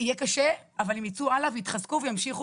יהיה קשה אבל הם יצאו הלאה ויתחזקו וימשיכו